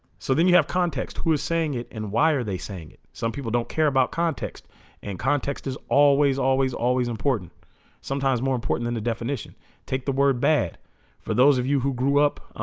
so then you have context who is saying it and why are they saying it some people don't care about context and context is always always always important sometimes more important than the definition take the word bad for those of you who grew up